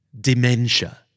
Dementia